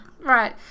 Right